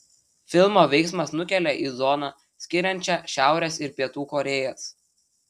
filmo veiksmas nukelia į zoną skiriančią šiaurės ir pietų korėjas